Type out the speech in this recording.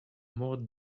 more